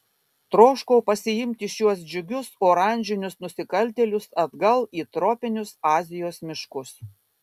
troškau pasiimti šiuos džiugius oranžinius nusikaltėlius atgal į tropinius azijos miškus